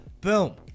Boom